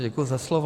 Děkuji za slovo.